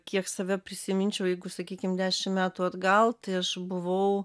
kiek save prisiminčiau jeigu sakykim dešimt metų atgal tai aš buvau